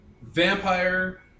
Vampire